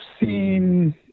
seen